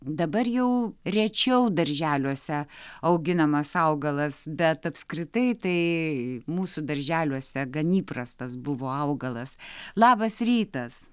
dabar jau rečiau darželiuose auginamas augalas bet apskritai tai mūsų darželiuose gan įprastas buvo augalas labas rytas